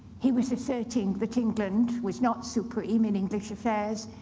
he was asserting that england was not supreme in english affairs,